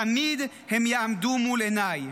תמיד הם יעמדו מול עיניי.